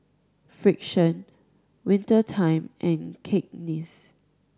Frixion Winter Time and Cakenis